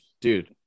dude